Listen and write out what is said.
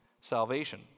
salvation